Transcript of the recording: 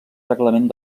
reglament